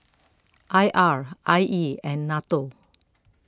I R I E and Nato